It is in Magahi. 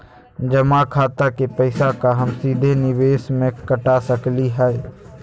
जमा खाता के पैसा का हम सीधे निवेस में कटा सकली हई?